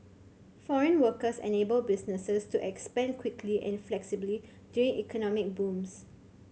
foreign workers enable businesses to expand quickly and flexibly during economic booms